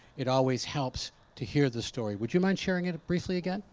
it always helps to hear the story. would you mind sharing it briefly again?